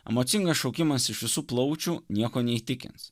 emocingas šaukimas iš visų plaučių nieko neįtikins